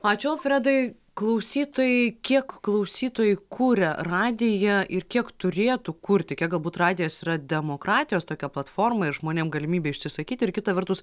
ačiū alfredai klausytojai kiek klausytojai kuria radiją ir kiek turėtų kurti kiek galbūt radijas yra demokratijos tokia platforma ir žmonėm galimybė išsisakyti ir kita vertus